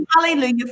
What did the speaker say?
hallelujah